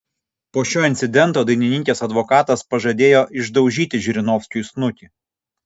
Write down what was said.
po šio incidento dainininkės advokatas pažadėjo išdaužyti žirinovskiui snukį